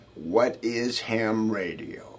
whatishamradio